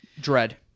Dread